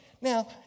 Now